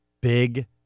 Big